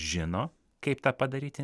žino kaip tą padaryti